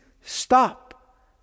stop